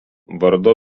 vardo